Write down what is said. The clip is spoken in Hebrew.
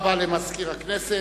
תודה רבה למזכיר הכנסת.